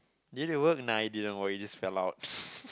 didn't it work nah it didn't work it just fell out